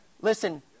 Listen